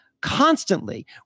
constantly